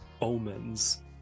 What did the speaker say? omens